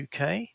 UK